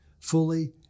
fully